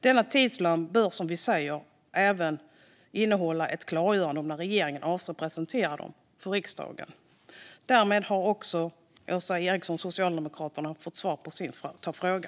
Denna tidsplan bör, som vi säger, även innehålla ett klargörande om när regeringen avser att presentera dem för riksdagen. Därmed har också Åsa Eriksson från Socialdemokraterna fått svar på sin fråga.